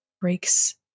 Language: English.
breaks